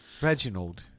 Reginald